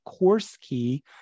CourseKey